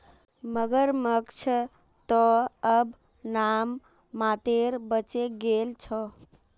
मगरमच्छ त अब नाम मात्रेर बचे गेल छ